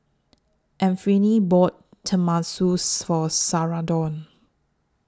Anfernee bought Tenmusu For Sharonda